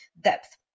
depth